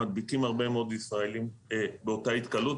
מדביקים הרבה מאוד ישראלים באותה התקהלות,